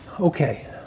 Okay